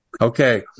Okay